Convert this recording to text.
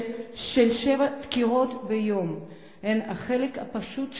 ששבע דקירות ביום הן החלק הפשוט שלו.